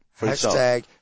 Hashtag